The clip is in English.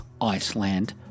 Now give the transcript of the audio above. Iceland